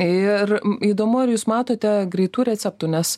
ir įdomu ar jūs matote greitų receptų nes